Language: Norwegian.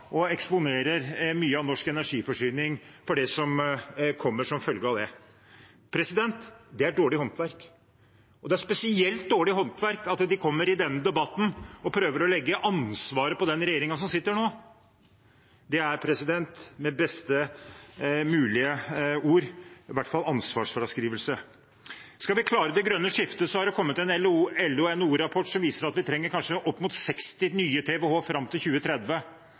og eksponerer mye av norsk energiforsyning for det som kommer som følge av det. Det er dårlig håndverk, og det er spesielt dårlig håndverk at de kommer i denne debatten og prøver å legge ansvaret på den regjeringen som sitter nå. Det er med beste mulige ord i hvert fall ansvarsfraskrivelse. Når det gjelder å klare det grønne skiftet, har det kommet en LO/NHO-rapport som viser at vi trenger kanskje opp mot 60 nye TWh fram til 2030.